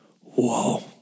Whoa